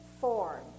form